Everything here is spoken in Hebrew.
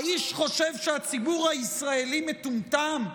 האיש חושב שהציבור הישראלי מטומטם?